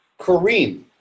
Kareem